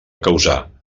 causà